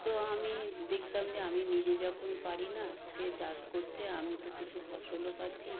তো আমি দেখতাম যে আমি নিজে যখন পারি না সে চাষ করছে আমি তো কিছু ফসলও পাচ্ছি